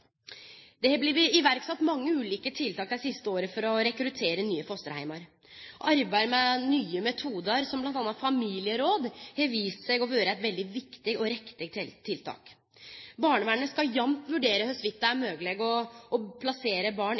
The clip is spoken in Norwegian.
Det har blitt sett i verk mange ulike tiltak dei siste åra for å rekruttere nye fosterheimar. Arbeidet med nye metodar, som m.a. familieråd, har vist seg å vere eit veldig viktig og riktig tiltak. Barnevernet skal jamt vurdere om det er mogleg å plassere barn